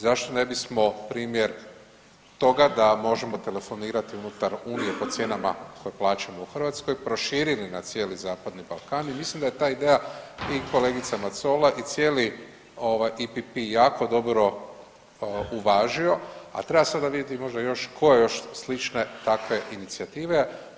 Zašto ne bismo primjer toga da možemo telefonirati unutar Unije po cijenama koje plaćamo u Hrvatskoj proširili na cijeli Zapadni Balkan i mislim da je ta ideja i kolega Matsola i cijeli IPP jako dobro uvažio, a treba sada vidjeti možda još tko još slične takve inicijative.